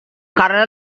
karena